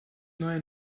neue